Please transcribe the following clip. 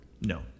No